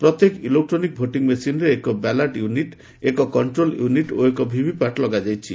ପ୍ରତ୍ୟେକ electronic voting ମେସିନ୍ରେ ଏକ ବ୍ୟାଲଟ ୟୁନିଟ୍ ଏକ କଣ୍ଟ୍ରୋଲ ୟୁନିଟ୍ ଓ ଏକ ଭିଭିପାଟ୍ ଲଗାଯାଇଛି